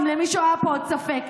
אם למישהו היה פה עוד ספק.